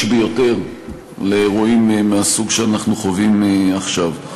ביותר לאירועים מהסוג שאנחנו חווים עכשיו.